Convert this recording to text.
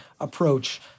approach